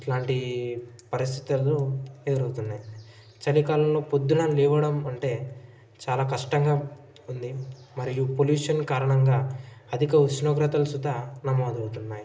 ఇట్లాంటి పరిస్థితులు ఎదురవుతున్నాయి చలికాలంలో పొద్దున లేవడం అంటే చాలా కష్టంగా ఉంది మరియు పొల్యూషన్ కారణంగా అధిక ఉష్ణోగ్రతల సుత నమోదు అవుతున్నాయి